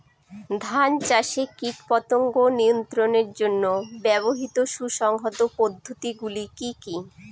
ধান চাষে কীটপতঙ্গ নিয়ন্ত্রণের জন্য ব্যবহৃত সুসংহত পদ্ধতিগুলি কি কি?